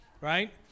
right